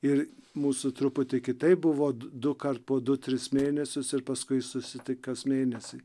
ir mūsų truputį kitaip buvo dukart po du tris mėnesius ir paskui susitik kas mėnesį